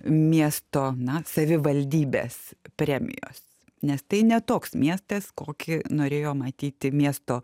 miesto na savivaldybės premijos nes tai ne toks miestas kokį norėjo matyti miesto